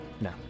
No